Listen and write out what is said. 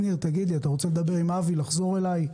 שניר, תגיד לי, אתה רוצה לדבר עם אבי ולחזור אלי?